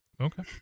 Okay